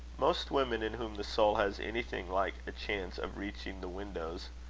most women in whom the soul has anything like a chance of reaching the windows,